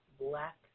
black